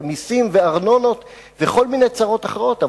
ומסים וארנונות וכל מיני צרות אחרות,